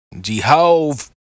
Jehovah